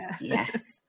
yes